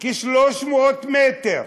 כ-300 מטר,